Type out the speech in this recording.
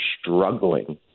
struggling